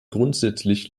grundsätzlich